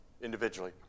individually